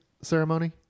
ceremony